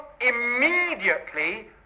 immediately